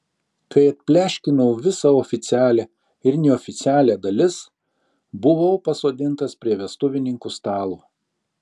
kai atpleškinau visą oficialią ir neoficialią dalis buvau pasodintas prie vestuvininkų stalo